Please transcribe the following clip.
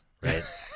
right